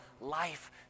life